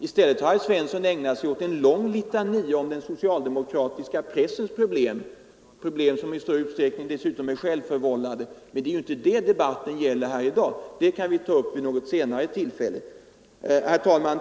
I stället har herr Svensson ägnat sig åt en lång litania om den socialdemokratiska pressens problem — problem som i stor utsträckning är självförvållade —- men det är inte det debatten gäller i dag. Pressfrågorna kan vi ta upp vid ett annat tillfälle. Herr talman!